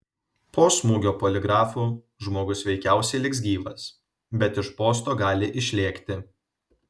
po smūgio poligrafu žmogus veikiausiai liks gyvas bet iš posto gali išlėkti